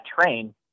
train